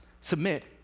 submit